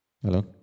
Hello